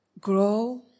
grow